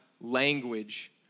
language